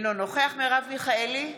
אינו נוכח מרב מיכאלי,